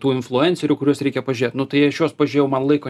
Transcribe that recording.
tų influencerių kuriuos reikia pažiūrėt nu tai aš juos pažėjau man laiko